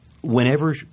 Whenever